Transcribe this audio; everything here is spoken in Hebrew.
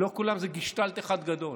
לא כולם הם גשטאלט אחד גדול,